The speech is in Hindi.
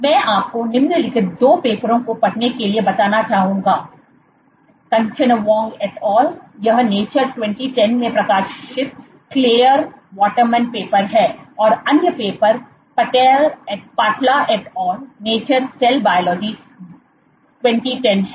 मैं आपको निम्नलिखित 2 पेपरों को पढ़ने के लिए बताना चाहूंगा Kanchanawong et al Kanchanawong et al यह नेचर 2010 में प्रकाशित क्लेयर वाटरमैन पेपर है और अन्य paper Patla et al Patla et alनेचर सेल बायोलॉजी 2010 है